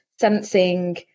sensing